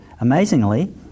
Amazingly